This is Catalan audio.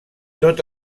tot